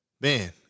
man